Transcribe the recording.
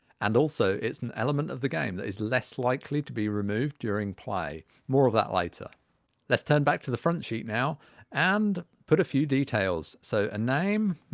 and also it's an element of the game that is less likely to be removed during play more of that later let's turn back to the front sheet now and put a few details so a name,